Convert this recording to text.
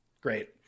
great